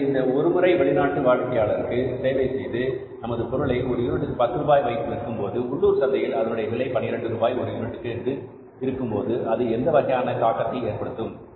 எனவே இந்த ஒரு முறை வெளிநாட்டு வாடிக்கையாளருக்கு சேவை செய்து நமது பொருளை ஒரு யூனிட்டுக்கு 10 ரூபாய் வைத்து விற்கும்போது உள்ளூர் சந்தையில் அதனுடைய விலை ரூபாய் 12 ஒரு யூனிட்டுக்கு என்று இருக்கும்போது அது எந்த வகையான தாக்கத்தை ஏற்படுத்தும்